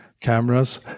cameras